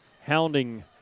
hounding